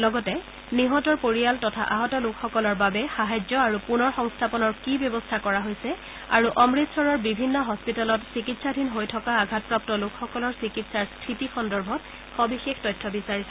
লগতে নিহতৰ পৰিয়াল তথা আহত লোকসকলৰ বাবে সাহায্য আৰু পুনৰ সংস্থাপনৰ কি ব্যৱস্থা কৰা হৈছে আৰু অমৃতচৰৰ বিভিন্ন হস্পিতালত চিকিৎসাধীন হৈ থকা আঘাতপ্ৰাপ্ত লোকসকলৰ চিকিৎসাৰ স্থিতি সন্দৰ্ভত সবিশেষ তথ্য বিচাৰিছে